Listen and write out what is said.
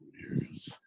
years